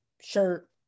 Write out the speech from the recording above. shirt